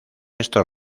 estos